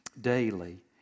daily